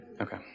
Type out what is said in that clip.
Okay